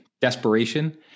desperation